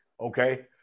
Okay